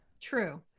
true